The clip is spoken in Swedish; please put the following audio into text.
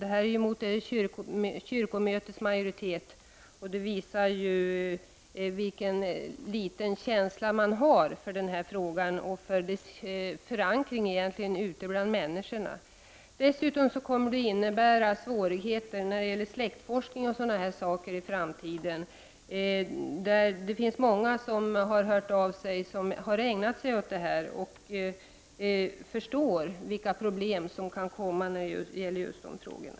Att riksdagen här går mot kyrkomötets majoritet visar hur litet känsla man har för denna frågas förankring bland människorna. Dessutom kommer det att vålla svårigheter för släktforskning i framtiden. Många som ägnar sig åt släktforskning har hört av sig och berättat om de problem som kommer att uppstå.